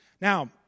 Now